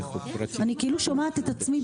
סעיף 6". אם הוא לא עומד בהוראות סעיף 6 -- אורית,